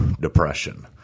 depression